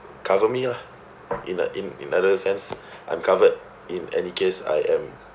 cover me lah in a in uh that sense I'm covered in any case I am